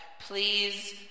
Please